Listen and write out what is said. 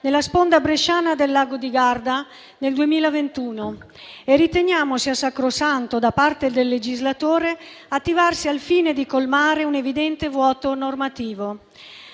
nella sponda bresciana del lago di Garda nel 2021 e riteniamo sia sacrosanto, da parte del legislatore, attivarsi al fine di colmare un evidente vuoto normativo.